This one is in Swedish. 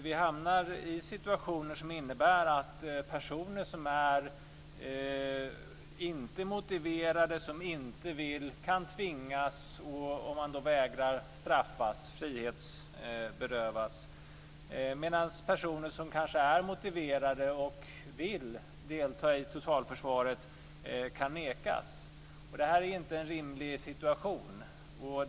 Vi hamnar i situationer som innebär att personer som inte är motiverade och som inte vill kan tvingas. Om man då vägrar kan man straffas med frihetsberövande, medan personer som är motiverade och vill delta i totalförsvaret kan nekas. Det här är inte en rimlig situation.